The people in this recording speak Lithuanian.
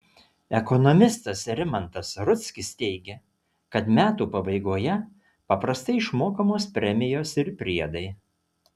ekonomistas rimantas rudzkis teigia kad metų pabaigoje paprastai išmokamos premijos ir priedai